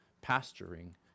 pasturing